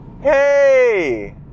Hey